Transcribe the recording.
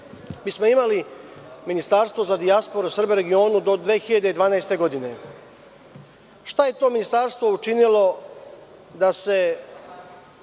smo Ministarstvo za dijasporu i Srbe u regionu do 2012. godine. Šta je to Ministarstvo učinilo da se